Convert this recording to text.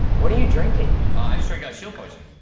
what are you drinking? i just drank a shield potion.